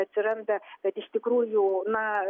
atsiranda kad iš tikrųjų na